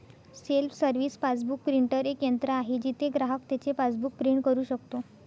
self service passbook printer एक यंत्र आहे जिथे ग्राहक त्याचे पासबुक प्रिंट करू शकतो